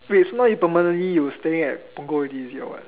wait so now you permanently you staying at Punggol already or what